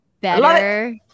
better